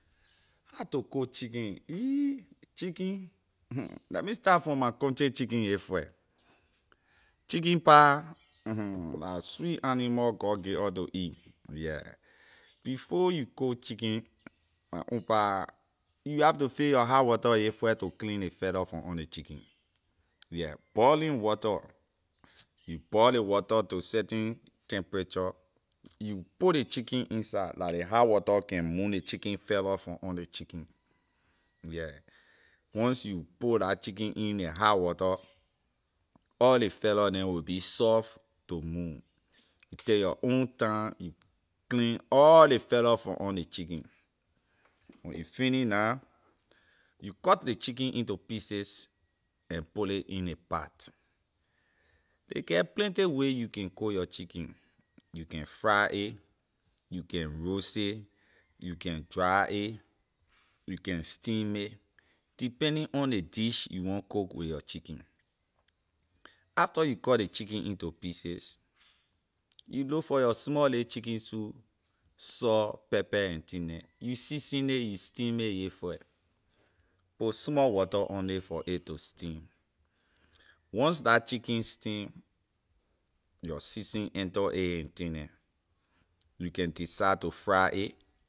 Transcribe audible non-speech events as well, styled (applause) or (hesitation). How to cook chicken ehee chicken (hesitation) leh me start from my country chicken yeh first chicken pah (hesitation) la sweet animal god give us to eat yeah before you cook chicken my own pah you have to fix your hot water yeh first to clean ley feather from on ley chicken yeah boiling water you boil ley water to certain temperature you put ley chicken inside la ley hot water can move ley chicken feather from on ley chicken yeah once you put la chicken in la hot water all ley feather neh will be soft to move you take your own time you clean all ley feather from on ley chicken when you finish na you cut ley chicken into pieces and put ley in ley pat ley get plenty way you can cook your chicken you can fried a you can roast a you can dry a you can steam a depending on ley dish you cook with your chicken after you cut ley chicken into pieces you look for your small lay chicken soup salt pepper and thing neh you season nay you steam a yeh first put small water on nay for a to steam once la chicken steam your enter a and thing neh you decide to fried a